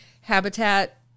habitat